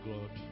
God